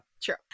true